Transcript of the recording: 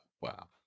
wow